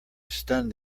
stunned